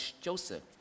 Joseph